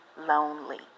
lonely